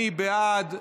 מי בעד?